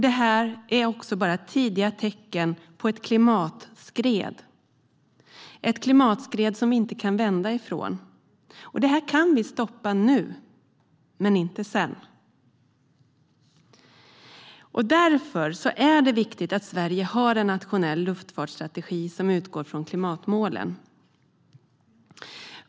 Det är också bara tidiga tecken på ett klimatskred, ett klimatskred som vi inte kan vända ifrån. Det här kan vi stoppa nu, men inte sedan. Därför är det viktigt att Sverige har en nationell luftfartsstrategi som utgår från klimatmålen.